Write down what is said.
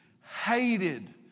hated